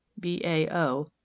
BAO